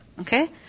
Okay